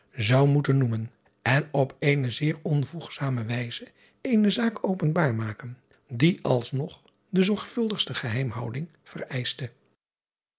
zou moeten noemen en op eene zeer onvoegzame wijze eene zaak openbaar maken die als nog de zorgvuldigste geheimhouding vereischte